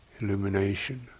illumination